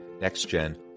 Next-Gen